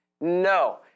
No